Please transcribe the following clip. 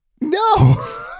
no